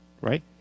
Right